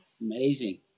amazing